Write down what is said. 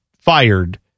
fired